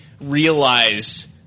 realized